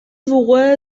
وقوع